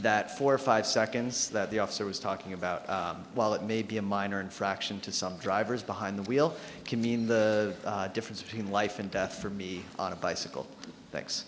that for five seconds that the officer was talking about while it may be a minor infraction to some drivers behind the wheel can mean the difference between life and death for me on a bicycle thanks